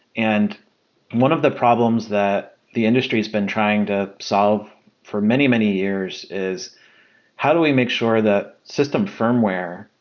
and one of the problems that the industry has been trying to solve for many, many years is how do we make sure that system firmware,